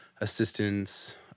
assistance